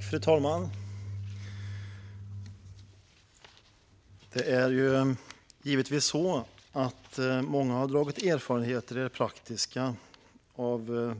Fru talman! Det är givetvis så att många har dragit erfarenheter i det praktiska av